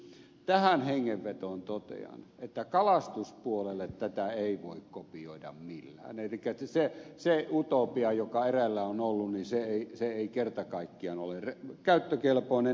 tähän hengenvetoon totean että kalastuspuolelle tätä ei voi kopioida millään elikkä se utopia joka eräillä on ollut ei kerta kaikkiaan ole käyttökelpoinen